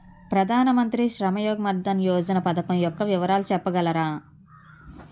ప్రధాన మంత్రి శ్రమ్ యోగి మన్ధన్ యోజన పథకం యెక్క వివరాలు చెప్పగలరా?